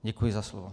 Děkuji za slovo.